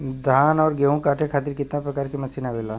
धान और गेहूँ कांटे खातीर कितना प्रकार के मशीन आवेला?